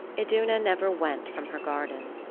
iduna never went from her garden.